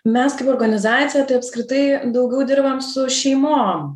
mes kaip organizacija tai apskritai daugiau dirbam su šeimom